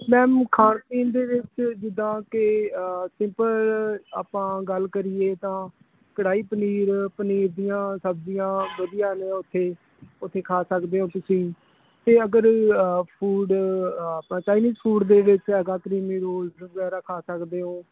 ma'am ਖਾਣ ਪੀਣ ਦੇ ਵਿੱਚ ਜਿੱਦਾਂ ਕਿ ਸਿੰਪਲ ਆਪਾਂ ਗੱਲ ਕਰੀਏ ਤਾਂ ਕੜਾਈ ਪਨੀਰ ਪਨੀਰ ਦੀਆਂ ਸਬਜ਼ੀਆਂ ਵਧੀਆ ਨੇ ਉੱਥੇ ਉੱਥੇ ਖਾ ਸਕਦੇ ਹੋ ਤੁਸੀਂ ਅਤੇ ਅਗਰ ਫ਼ੂਡ ਆਪਾਂ ਚਾਈਨੀਜ਼ ਫ਼ੂਡ ਦੇ ਵਿੱਚ ਹੈਗਾ ਕਰੀਮੀ ਰੋਲਸ ਵਗੈਰਾ ਖਾ ਸਕਦੇ ਹੋ